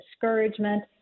discouragement